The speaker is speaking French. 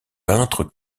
peintre